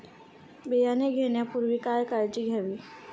बियाणे घेण्यापूर्वी काय काळजी घ्यावी?